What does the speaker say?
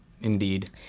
Indeed